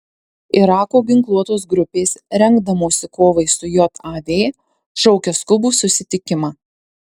irako ginkluotos grupės rengdamosi kovai su jav šaukia skubų susitikimą